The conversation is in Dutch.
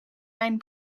mijn